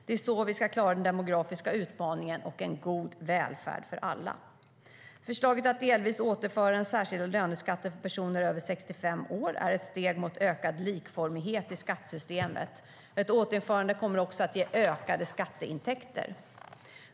Det är så vi ska klara den demografiska utmaningen och en god välfärd för alla. Förslaget att delvis återinföra den särskilda löneskatten för personer över 65 år är ett steg mot ökad likformighet i skattesystemet. Ett återinförande kommer också att ge ökade skatteintäkter.